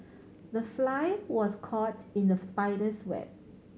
the fly was caught in the spider's web